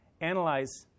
analyze